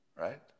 right